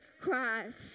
Christ